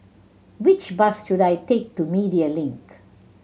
which bus should I take to Media Link